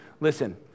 listen